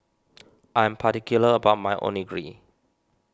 I am particular about my Onigiri